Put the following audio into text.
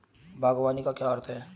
बागवानी का क्या अर्थ है?